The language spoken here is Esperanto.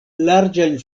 larĝajn